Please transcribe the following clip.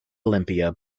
olimpia